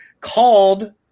called